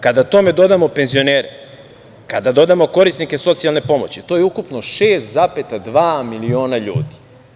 Kada tome dodamo penzionere, kada dodamo korisnike socijalne pomoći, to je ukupno 6,2 miliona ljudi.